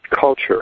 culture